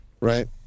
Right